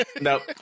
Nope